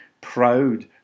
proud